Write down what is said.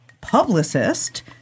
publicist